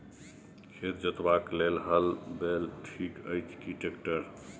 खेत जोतबाक लेल हल बैल ठीक अछि की ट्रैक्टर?